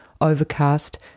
Overcast